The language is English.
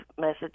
message